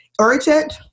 urgent